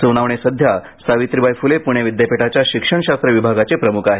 सोनावणे सध्या सावित्रीबाई फुले पुणे विद्यापीठाच्या शिक्षणशास्त्र विभागाचे प्रमुख आहेत